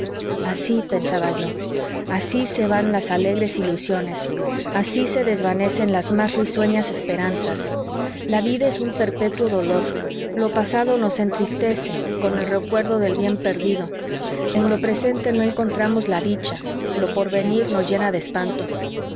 así pensaba yo así se van las alegres ilusiones así se desvanecen las más risueñas esperanzas la vida es un perpetuo dolor lo pasado nos entristece con el recuerdo del bien perdido en lo presente no encontramos la dicha lo porvenir nos llena de espanto